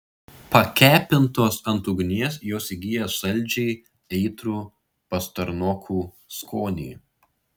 pakepintos ant ugnies jos įgyja saldžiai aitrų pastarnokų skonį